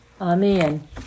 Amen